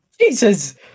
Jesus